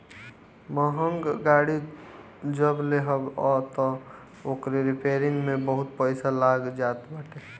महंग गाड़ी जब लेबअ तअ ओकरी रिपेरिंग में बहुते पईसा लाग जात बाटे